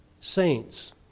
saints